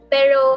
Pero